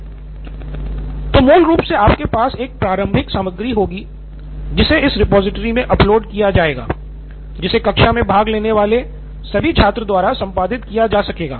नितिन कुरियन तो मूल रूप से आपके पास एक प्रारंभिक सामग्री होगी जिसे इस रिपॉजिटरी में अपलोड किया जाएगा जिसे कक्षा में भाग लेने वाले सभी छात्रों द्वारा संपादित किया जा सकेगा